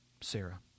Sarah